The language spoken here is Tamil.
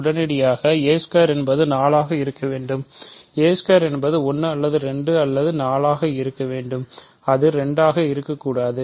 உடனடியாக என்பது 4 ஆக இருக்க வேண்டும் என்பது 1 அல்லது 2 அல்லது 4 ஆக இருக்க வேண்டும் அது 2 ஆக இருக்கக்கூடாது